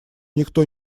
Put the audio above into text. никто